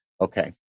Okay